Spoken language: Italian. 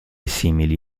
simili